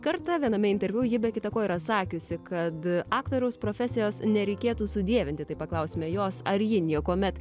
kartą viename interviu ji be kita ko yra sakiusi kad aktoriaus profesijos nereikėtų sudievinti tai paklausime jos ar ji niekuomet